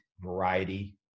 variety